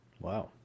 Wow